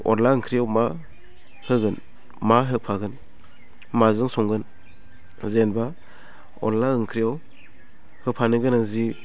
अनला ओंख्रियाव मा होगोन मा होफागोन माजों संगोन जेनबा अनला ओंख्रियाव होफानो गोनां जि